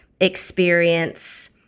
experience